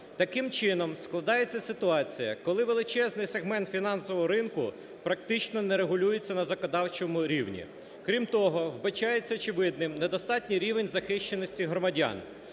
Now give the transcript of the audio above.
Таким чином, складається ситуація, коли величезний сегмент фінансового ринку практично не регулюється на законодавчому рівні. Крім того, вбачається очевидним недостатній рівень захищеності громадян,